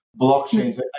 blockchains